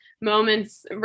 moments